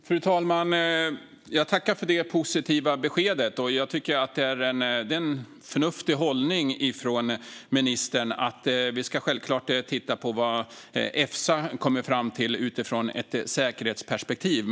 Fru talman! Jag tackar för det positiva beskedet. Jag tycker att det är en förnuftig hållning från ministern. Vi ska självklart titta på vad Efsa kommer fram till utifrån ett säkerhetsperspektiv.